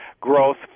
growth